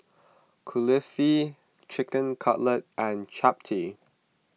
Kulfi Chicken Cutlet and Chapati